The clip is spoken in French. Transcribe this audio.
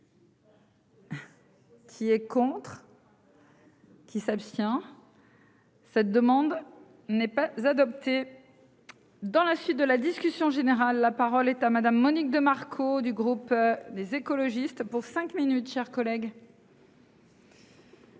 Qui est contre. Qui s'abstient. Cette demande n'est pas adopté. Dans la suite de la discussion générale. La parole est à madame Monique de Marco du groupe des écologistes pour cinq minutes, chers collègues.